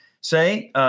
say